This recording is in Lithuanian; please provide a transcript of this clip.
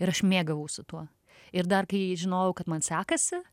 ir aš mėgavausi tuo ir dar kai žinojau kad man sekasi